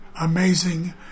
amazing